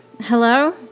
hello